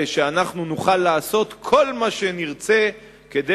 הרי שאנחנו נוכל לעשות כל מה שנרצה כדי